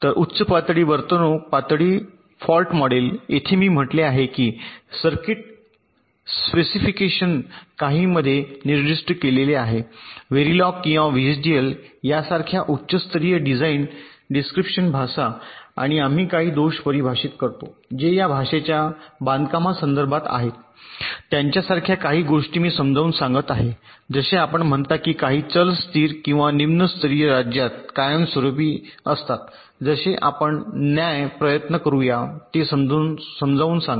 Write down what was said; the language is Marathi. तर उच्च पातळी वर्तणूक पातळी फॉल्ट मॉडेल येथे मी म्हटले आहे की सर्किट स्पेसिफिकेशन काहींमध्ये निर्दिष्ट केलेले आहे व्हेरिलॉग किंवा व्हीएचडीएल सारख्या उच्च स्तरीय डिझाइन डिस्क्रिप्शन भाषा आणि आम्ही काही दोष परिभाषित करतो जे या भाषेच्या बांधकामासंदर्भात आहेत त्यांच्यासारख्या काही गोष्टी मी समजावून सांगत आहे जसे आपण म्हणता की काही चल स्थिर किंवा निम्न स्तरीय राज्यात कायमस्वरूपी असतात जसे आपण न्याय्य प्रयत्न करूया ते समजावून सांगा